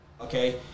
okay